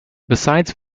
beside